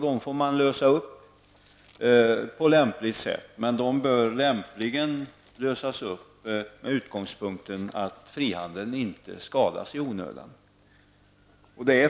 Dessa får man lösa på lämpligt sätt, men de bör lämpligen lösas på så sätt att frihandeln inte skadas i onödan.